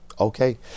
okay